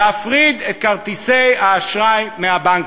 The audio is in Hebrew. להפריד את כרטיסי האשראי מהבנקים.